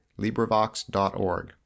LibriVox.org